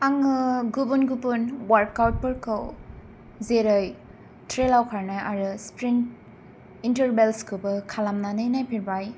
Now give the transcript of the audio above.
आङो गुबुन गुबुन वार्काउटफोरखौ जेरै ट्रेलाव खारनाय आरो स्प्रिन्ट इन्टारवेल्सखौबो खालामनानै नायफेरबाय